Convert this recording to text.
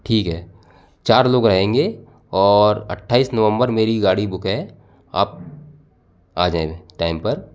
ठीक है चार लोग आएंगें और अठ्ठाईस नवम्बर मेरी गाड़ी बुक है आप आ जाएँ टाइम पर